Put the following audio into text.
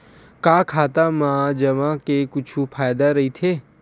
का खाता मा जमा के कुछु फ़ायदा राइथे?